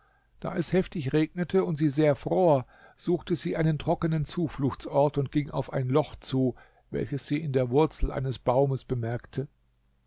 da es heftig regnete und es sie sehr fror suchte sie einen trockenen zufluchtsort und ging auf ein loch zu welches sie in der wurzel eines baumes bemerkte